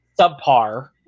Subpar